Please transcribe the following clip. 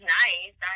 nice